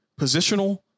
positional